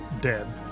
dead